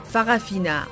Farafina